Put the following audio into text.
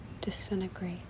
disintegrate